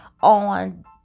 on